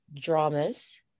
dramas